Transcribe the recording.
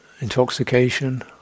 intoxication